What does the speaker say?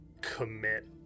commit